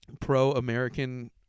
pro-american